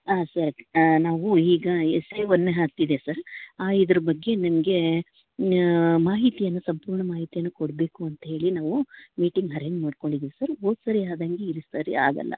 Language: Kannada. ಹಾಂ ಸರ್ ನಾವು ಈಗ ಎಸ್ಸೇ ಒನ್ ಆಗ್ತಿದೆ ಸರ್ ಆ ಇದ್ರ ಬಗ್ಗೆ ನಿಮಗೆ ಮಾಹಿತಿಯನ್ನು ಸಂಪೂರ್ಣ ಮಾಹಿತಿಯನ್ನು ಕೊಡಬೇಕು ಅಂತಹೇಳಿ ನಾವು ಮೀಟಿಂಗ್ ಹರೇಂಜ್ ಮಾಡ್ಕೊಂಡಿದ್ದೀವಿ ಸರ್ ಹೋದ್ಸರಿ ಆದಂಗೆ ಈ ಸರಿ ಆಗೋಲ್ಲ